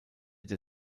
der